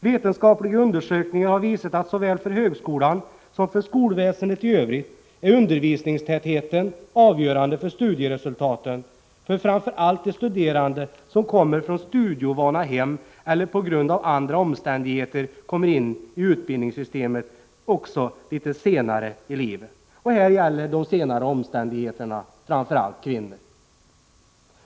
Vetenskapliga undersökningar har visat att det såväl inom högskolan som i skolväsendet i övrigt är undervisningstätheten som är avgörande för studieresultaten, framför allt för de studerande som kommer från studieovana hem eller som på grund av andra omständigheter träder in i utbildningssystemet litet senare i livet. De senare omständigheterna gäller särskilt kvinnor.